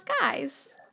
guys